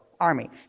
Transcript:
army